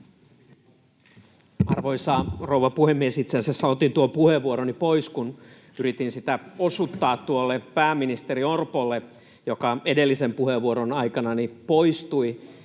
Arvoisa rouva puhemies! Itse asiassa otin tuon puheenvuoroni pois, kun yritin sitä osuttaa pääministeri Orpolle, joka edellisen puheenvuoroni aikana poistui